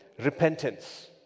repentance